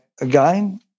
again